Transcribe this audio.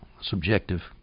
subjective